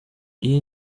iyi